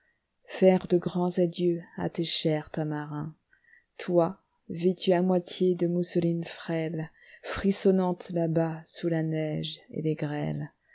faire de grands adieux à tes chers tamarins toi vêtue à moitié de mousselines frêles frissonnante là-bas sous la neige et les grêles